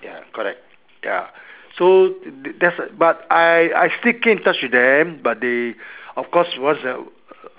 ya correct ya so that's uh but I I still keep in touch with them but they of course once in awh~